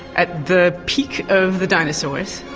at the peak of the dinosaurs.